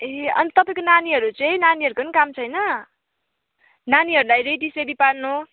ए अनि तपाईँको नानीहरू चाहिँ नानीहरूको नि काम छैन नानीहरूलाई रेडीसेडी पार्नु